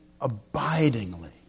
abidingly